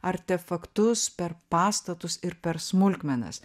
artefaktus per pastatus ir per smulkmenas